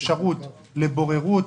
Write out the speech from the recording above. אפשרות לבוררות.